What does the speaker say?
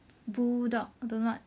bull dog don't know what